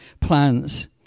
plans